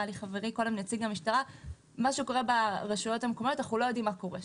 מה שקורה ברשויות המקומיות אנו לא יודעים מה קורה שם.